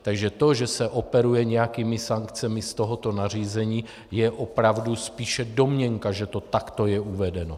Takže to, že se operuje nějakými sankcemi z tohoto nařízení, je opravdu spíše domněnka, že to takto je uvedeno.